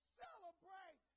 celebrate